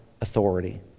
authority